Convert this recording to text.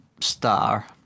star